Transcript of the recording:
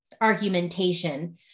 argumentation